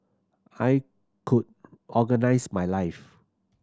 I could organise my life